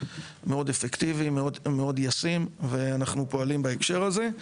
מאוד אפקטיבי ומאוד ישים ואנחנו פועלים בהקשר הזה.